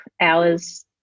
hours